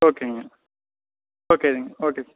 ஓகேங்க ஓகே சரிங்க ஓகே